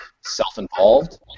self-involved